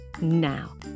now